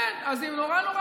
כן, אז אילת נורא נורא